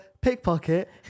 pickpocket